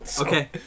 Okay